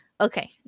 okay